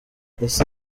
ese